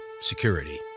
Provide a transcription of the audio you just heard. security